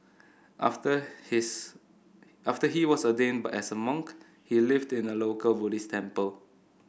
after his after he was ordained but as a monk he lived in a local Buddhist temple